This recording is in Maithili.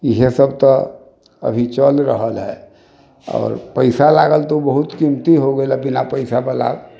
इएहे सब तऽ अभी चलि रहल हय आओर पैसा लागल तऽ उ बहुत कीमती हो गेल आओर बिना पैसावला